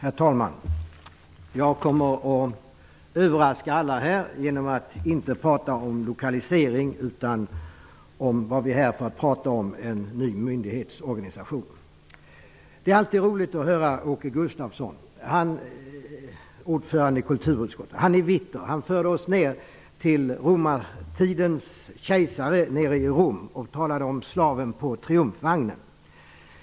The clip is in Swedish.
Herr talman! Jag kommer att överraska alla här genom att inte prata om lokalisering, utan det som vi är här för att prata om, nämligen en ny myndighetsorganisation. Det är alltid roligt att höra Åke Gustavsson, ordföranden i kulturutskottet. Han är vitter. Han förde oss ner till romartidens kejsare i Rom och talade om slaven på triumfvagnen.